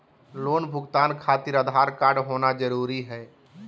Loan भुगतान खातिर Aadhaar card होना जरूरी है?